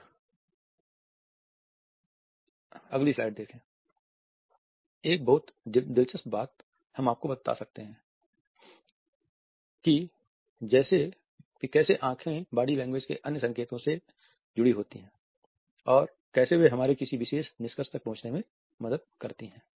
एक बहुत दिलचस्प बात हम आपको बताते हैं कि कैसे आँखें बॉडी लैंग्वेज के अन्य संकेतों से जुड़ी होती हैं और कैसे वे हमें किसी विशेष निष्कर्ष तक पहुंचने में मदद करती हैं